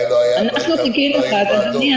אדוני,